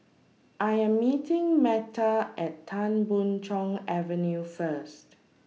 I Am meeting Meta At Tan Boon Chong Avenue First